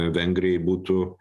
vengrijai būtų